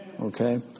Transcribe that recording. okay